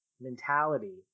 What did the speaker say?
mentality